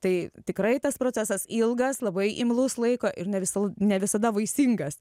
tai tikrai tas procesas ilgas labai imlus laiko ir ne visal ne visada vaisingas